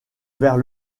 vers